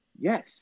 Yes